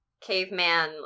caveman